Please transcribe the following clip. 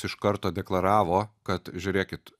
iš karto deklaravo kad žiūrėkit